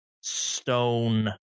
stone